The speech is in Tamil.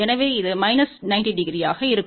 எனவே இது மைனஸ் 90 டிகிரி யாக இருக்கும்